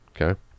Okay